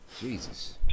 jesus